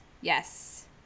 Yes